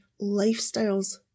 lifestyles